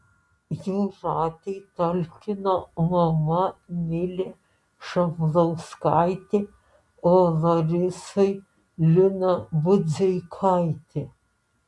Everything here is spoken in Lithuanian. jūratei talkino mama milė šablauskaitė o larisai lina budzeikaitė